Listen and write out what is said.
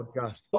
podcast